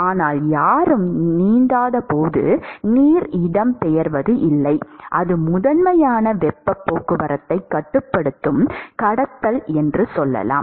ஆனால் யாரும் நீந்தாதபோது நீர் இடம்பெயர்வதில்லை அது முதன்மையான வெப்பப் போக்குவரத்தைக் கட்டுப்படுத்தும் கடத்தல் என்று சொல்லலாம்